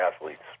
athletes